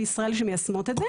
בישראל שמיישמות את זה.